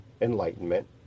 enlightenment